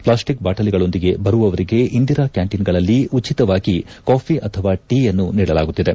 plastic ಬಾಟಲಿಗಳೊಂದಿಗೆ ಬರುವವರಿಗೆ ಇಂದಿರಾ ಕ್ಯಾಂಟೀನ್ಗಳಲ್ಲಿ ಉಚಿತವಾಗಿ ಕಾಫಿ ಅಥವಾ ಟೀಯನ್ನು ನೀಡಲಾಗುತ್ತಿದೆ